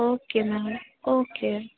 okay ma'am okay